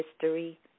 history